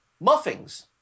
muffins